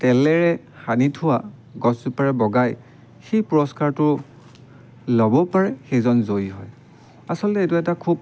তেলেৰে সানি থোৱা গছজোপাৰে বগাই সেই পুৰস্কাৰটো ল'ব পাৰে সেইজন জয়ী হয় আচলতে এইটো এটা খুব